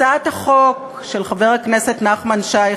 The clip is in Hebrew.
הצעת החוק של חבר הכנסת נחמן שי,